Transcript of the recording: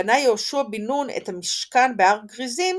בנה יהושע בן נון את המשכן בהר גריזים